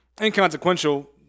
inconsequential